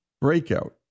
breakout